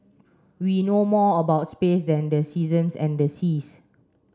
we know more about space than the seasons and the seas